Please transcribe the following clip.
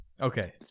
okay